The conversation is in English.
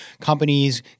Companies